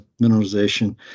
mineralization